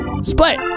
Split